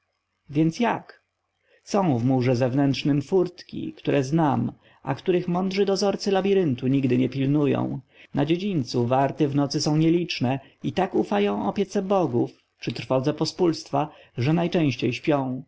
więc jak są w murze zewnętrznym niewidoczne furtki które znam a których mądrzy dozorcy labiryntu nigdy nie pilnują na dziedzińcu warty w nocy są nieliczne i tak ufają opiece bogów czy trwodze pospólstwa że najczęściej śpią